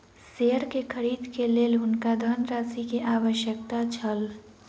share के खरीद के लेल हुनका धनराशि के आवश्यकता छल